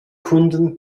kunden